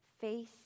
face